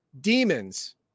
Demons